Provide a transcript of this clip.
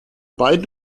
beiden